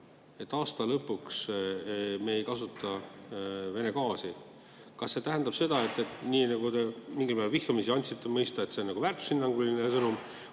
et aasta lõpuks me ei kasuta Vene gaasi, tähendab seda, nagu te mingil määral vihjamisi andsite mõista, et see on väärtushinnanguline sõnum